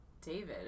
david